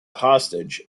hostage